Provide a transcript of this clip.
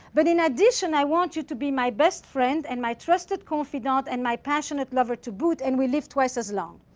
but in addition i want you to be my best friend and my trusted confidant and my passionate lover to boot, and we live twice as long.